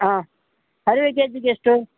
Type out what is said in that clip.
ಹಾಂ ಹರಿವೆ ಕೆ ಜಿಗೆ ಎಷ್ಟು